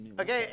Okay